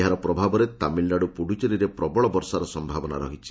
ଏହାର ପ୍ରଭାବରେ ତାମିଲନାଡୁ ପୁଡ଼ୁଚେରିରେ ପ୍ରବଳ ବର୍ଷାର ସମ୍ଭାବନା ରହିଛି